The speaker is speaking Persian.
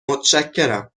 متشکرم